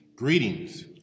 Greetings